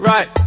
Right